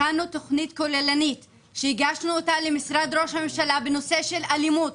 הכנו תוכנית כוללנית שהגשנו אותה למשרד ראש הממשלה בנושא של אלימות